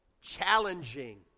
Challenging